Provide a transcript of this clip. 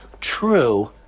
true